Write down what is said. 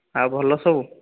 ଆଉ ଭଲ ସବୁ